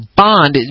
bond